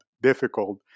difficult